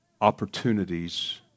opportunities